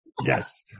Yes